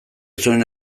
zuen